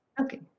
Okay